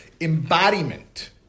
Embodiment